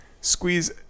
Squeeze